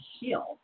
heal